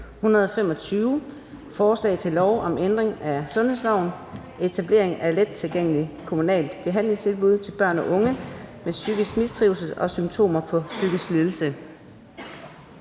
125: Forslag til lov om ændring af sundhedsloven. (Etablering af lettilgængeligt kommunalt behandlingstilbud til børn og unge med psykisk mistrivsel og symptomer på psykisk lidelse).